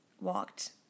walked